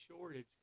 shortage